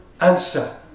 answer